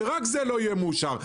שרק זה לא יהיה מאושר.